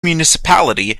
municipality